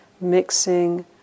mixing